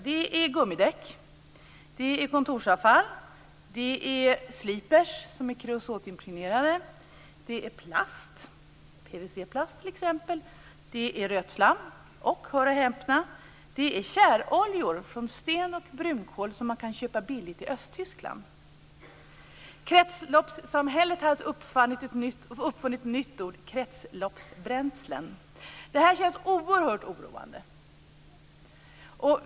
Det kan vara gummidäck, kontorsavfall, kreosotimpregnerade sliprar, PVC-plast, rötslam och - hör och häpna - tjäroljor från stenkol och brunkol som man kan köpa billigt från östra Tyskland. Kretsloppssamhället har alltså uppfunnit ett nytt ord: kretsloppsbränslen. Detta känns oerhört oroande.